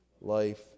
life